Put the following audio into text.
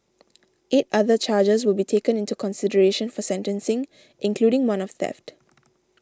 eight other charges will be taken into consideration for sentencing including one of theft